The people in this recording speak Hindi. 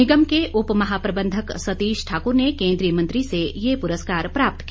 निगम के उपमहापंबंधक सतीश ठाकुर ने केंद्रीय मंत्री से ये पुरस्कार प्राप्त किया